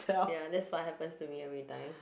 ya that's what happens to me everytime